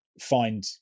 find